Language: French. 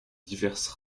diverses